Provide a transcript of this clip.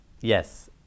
yes